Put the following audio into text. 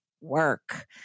work